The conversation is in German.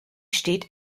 steht